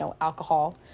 alcohol